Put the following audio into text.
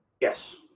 Yes